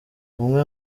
imwe